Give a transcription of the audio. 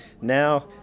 now